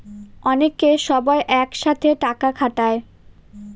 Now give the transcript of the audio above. অনেকে সবাই এক সাথে টাকা খাটায়